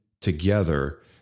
together